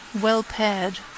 well-paired